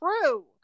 true